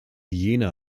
jena